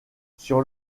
sur